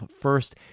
first